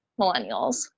millennials